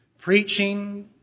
preaching